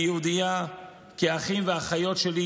אני יהודייה כי האחים והאחיות שלי